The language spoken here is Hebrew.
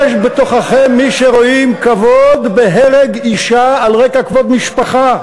יש בתוככם מי שרואים כבוד בהרג אישה על רקע כבוד משפחה,